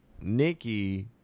Nikki